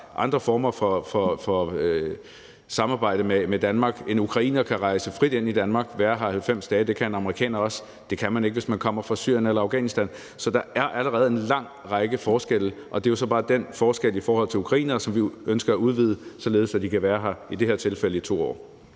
andre former for samarbejde med Danmark. En ukrainer han rejse frit ind i Danmark og være her 90 dage. Det kan en amerikaner også. Det kan man ikke, hvis man kommer fra Syrien eller Afghanistan. Så der er allerede en lang række forskelle, og det er jo så bare den forskel i forhold til ukrainere, som vi ønsker at udvide, således at de i det her tilfælde kan være